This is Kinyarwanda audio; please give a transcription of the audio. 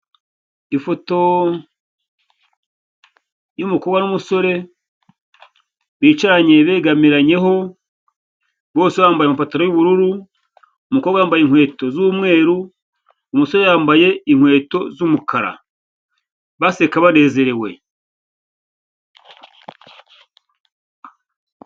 Ifoto y'umukobwa n'umusore, bicaranye begamiranyeho, bose bambaye amapataro y'ubururu, umukobwa yambaye inkweto z'umweru, umusore yambaye inkweto z'umukara, baseka banezerewe.